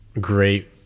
great